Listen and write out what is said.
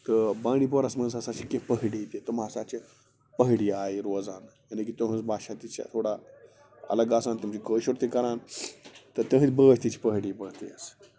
تہٕ بانٛڈی پورس منٛز ہسا چھِ کیٚنٛہہ پہٲڑی تہِ تِم ہسا چھِ پہٲڑی آیہِ روزان یعنے کہِ تُہٕنٛز باشا تہِ چھِ تھوڑا الگ آسان تِم چھِ کٲشُر تہِ کَران تہٕ تِہٕنٛدۍ بٲتھۍ تہِ چھِ پہٲڑۍ بٲتھٕے آسان